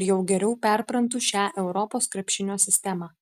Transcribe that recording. ir jau geriau perprantu šią europos krepšinio sistemą